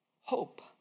hope